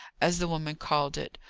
as the woman called it.